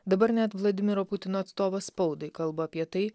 dabar net vladimiro putino atstovas spaudai kalba apie tai